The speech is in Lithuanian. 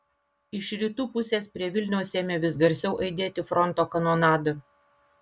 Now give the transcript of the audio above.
iš rytų pusės prie vilniaus ėmė vis garsiau aidėti fronto kanonada